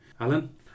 Alan